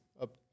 up